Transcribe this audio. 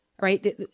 Right